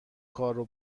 کارو